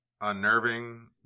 unnerving